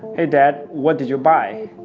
hey, dad, what did you buy?